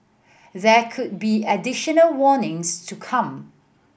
there could be additional warnings to come